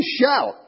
shout